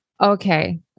Okay